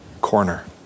corner